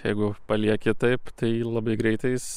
jeigu palieki taip tai labai greitai jis